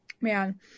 Man